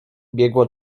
biegło